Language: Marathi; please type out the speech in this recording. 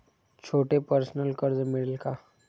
छोटे पर्सनल कर्ज मिळेल का?